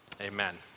amen